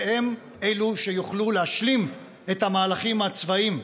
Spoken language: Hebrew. שהם אלו שיוכלו להמשיך את המהלכים הצבאיים.